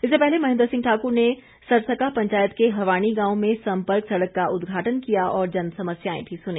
इससे पहले महेंद्र सिंह ठाकुर ने सरसका पंचायत के हवाणी गांव में संपर्क सड़क का उद्घाटन किया और जनसमस्याएं भी सुनी